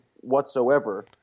whatsoever